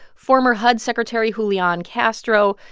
former hud secretary julian castro,